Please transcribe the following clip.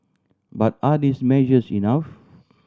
but are these measures enough